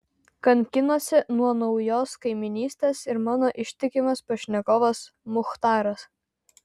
kankinosi nuo naujos kaimynystės ir mano ištikimas pašnekovas muchtaras